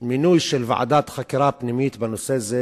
המינוי של ועדת חקירה פנימית בנושא הזה,